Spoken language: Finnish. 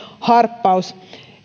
harppaus